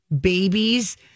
babies